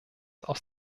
aus